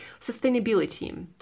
Sustainability